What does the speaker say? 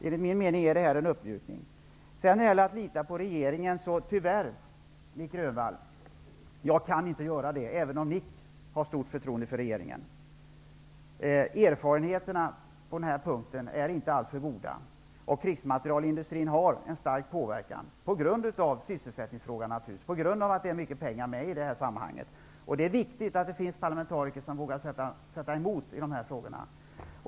Enligt min mening är detta en uppmjunkning. Tyvärr, Nic Grönvall, kan jag inte lita på regeringen, även om Nic Grönvall har stort förtroende för regeringen. Erfarenheterna på den här punkten är inte alltför goda. Krigsmaterielindustrins påverkan är naturligtvis stark på grund av sysselsättningsfrågan, på grund av att det handlar om mycket pengar i det här sammanhanget. Det är viktigt att det finns parlamentariker som vågar sätta emot i de här frågorna.